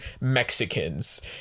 Mexicans